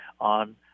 on –